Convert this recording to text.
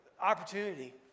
opportunity